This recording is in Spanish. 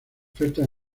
oferta